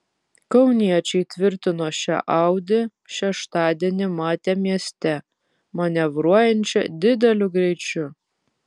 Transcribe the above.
kauniečiai tvirtino šią audi šeštadienį matę mieste manevruojančią dideliu greičiu